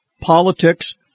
politics